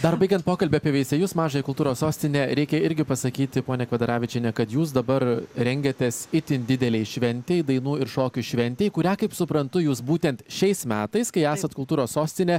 dar baigiant pokalbį apie veisiejus mažąją kultūros sostinę reikia irgi pasakyti ponia kvedaravičiene kad jūs dabar rengiatės itin didelei šventei dainų ir šokių šventei kurią kaip suprantu jūs būtent šiais metais kai esat kultūros sostinė